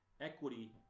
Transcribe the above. Equity